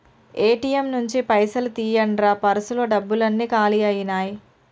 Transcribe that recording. ATM నుంచి పైసలు తీయండ్రా పర్సులో డబ్బులన్నీ కాలి అయ్యినాయి